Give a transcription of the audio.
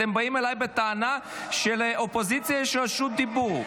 אתם באים אליי בטענה שלאופוזיציה יש רשות דיבור.